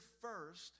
first